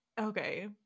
Okay